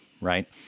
right